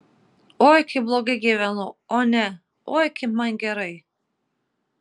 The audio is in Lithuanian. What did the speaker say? oi kaip blogai gyvenu o ne oi kaip man gerai